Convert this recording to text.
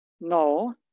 No